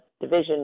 division